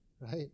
Right